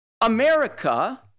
America